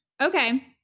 Okay